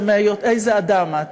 זה איזה אדם את.